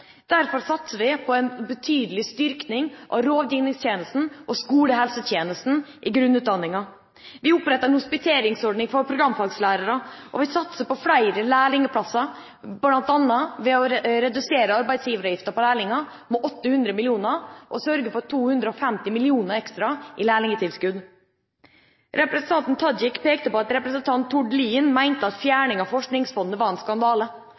Derfor satser vi på en betydelig styrking av rådgivningstjenesten og skolehelsetjenesten i grunnutdanningen. Vi oppretter som sagt en hospiteringsordning for programfagslærere, og vi satser på flere lærlingplasser, bl.a. ved å redusere arbeidsgiveravgiften for lærlinger med 800 mill. kr, og sørger for 250 mill. kr ekstra i lærlingtilskudd. Representanten Tajik pekte på at representanten Tord Lien mente at fjerning av Forskningsfondet var «en skandale»